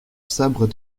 sabre